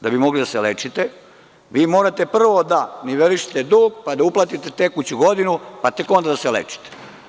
Da bi mogli da se lečite vi morate prvo da nivelišete du,g pa da uplatite tekuću godinu, pa tek onda da se lečite.